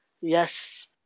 Yes